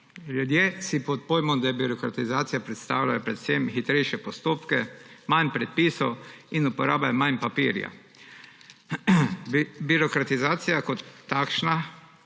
Ljudje si pod pojmom debirokratizacije predstavljajo precej hitrejše postopke, manj predpisov in uporabe manj papirja. Debirokratizacija kot takšna